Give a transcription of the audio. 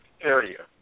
area